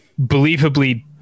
believably